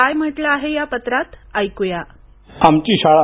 काय म्हटलं आहे या पत्रात ऐकूया आमची शाळा